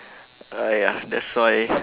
uh ya that's why